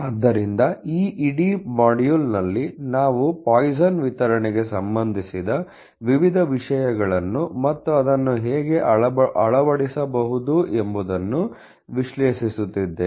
ಆದ್ದರಿಂದ ಈ ಇಡೀ ಮಾಡ್ಯೂಲ್ನಲ್ಲಿ ನಾವು ಪಾಯ್ಸನ್ನ ವಿತರಣೆಗೆPoission's distribution ಸಂಬಂಧಿಸಿದ ವಿವಿಧ ವಿಷಯಗಳನ್ನು ಮತ್ತು ಅದನ್ನು ಹೇಗೆ ಅಳವಡಿಸಬಹುದು ಎಂಬುದನ್ನು ವಿಶ್ಲೇಷಿಸುತ್ತಿದ್ದೇವೆ